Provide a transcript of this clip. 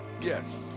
Yes